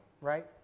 right